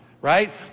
right